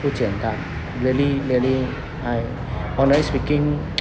不简单 really really like honest speaking